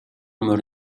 морь